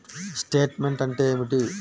Statement అంటే ఏమిటి?